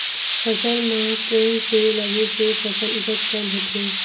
फसल म कोन से लगे से फसल उपज कम होथे?